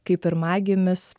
kai pirmagimis